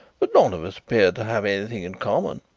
but none of us appeared to have anything in common.